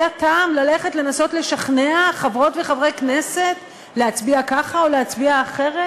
היה טעם ללכת לנסות לשכנע חברות וחברי כנסת להצביע ככה או להצביע אחרת,